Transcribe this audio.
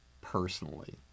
personally